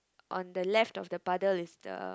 on the left of the puddle is the